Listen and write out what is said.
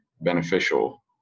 beneficial